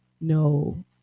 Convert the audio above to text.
no